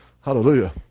Hallelujah